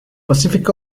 pacific